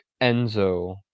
Enzo